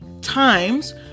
times